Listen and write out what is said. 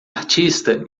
artista